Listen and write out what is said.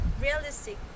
realistic